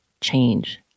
change